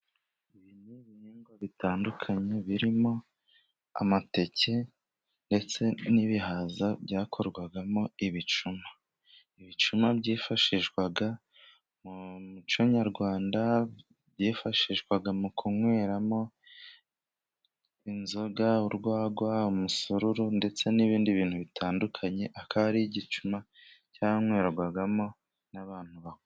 Ibi ni ibihingwa bitandukanye birimo amateke ndetse n'ibihaza byakorwamo ibicuma. Ibicuma byifashishwaga mu muco Nyarwanda byifashishwaga mu kunyweramo inzoga, urwagwa, umusururu ndetse n'ibindi bintu bitandukanye. Akaba ari igicuma cyanywerwagamo n'abantu bahukuru.